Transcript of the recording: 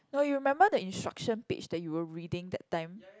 no you remember the instruction page that you were reading that time